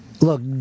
Look